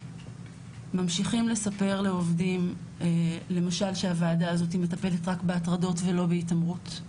ממשיכים לספר לעובדים למשל שהוועדה הזאת מטפלת רק בהטרדות ולא בהתעמרות.